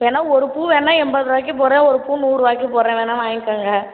வேணா ஒரு பூ வேணா எண்பது ரூவாய்க்கு போடுகிறேன் ஒரு பூ நூறு ரூபாய்க்கு போடுகிறேன் வேணா வாய்ங்கிக்கோங்க